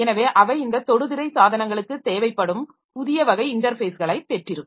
எனவே அவை இந்த தொடுதிரை சாதனங்களுக்கு தேவைப்படும் புதிய வகை இன்டர்ஃபேஸ்களை பெற்றிருக்கும்